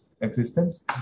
existence